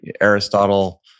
Aristotle